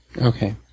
Okay